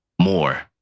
more